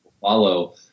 follow